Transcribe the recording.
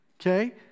Okay